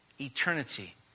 eternity